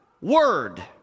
word